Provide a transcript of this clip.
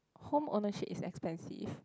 home ownership is expensive